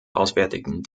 auswärtigen